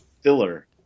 filler